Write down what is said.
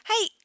Hey